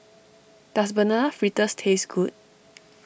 does Banana Fritters taste good